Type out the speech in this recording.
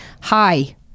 hi